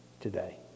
today